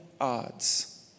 odds